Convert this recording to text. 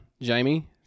Jamie